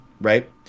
right